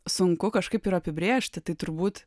sunku kažkaip ir apibrėžti tai turbūt